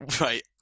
Right